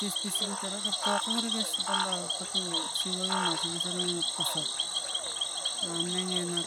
Pispising tara ga pokge gari ga soko lo katu siva gima siva sana i posok aunenge na